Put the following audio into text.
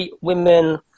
women